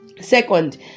second